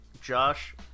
Josh